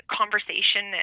conversation